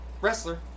Wrestler